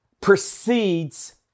precedes